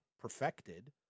perfected